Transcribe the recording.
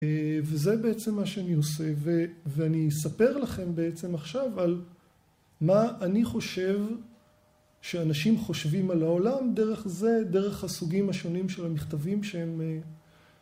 וזה בעצם מה שאני עושה ואני אספר לכם בעצם עכשיו על מה אני חושב שאנשים חושבים על העולם דרך הסוגים השונים של המכתבים שהם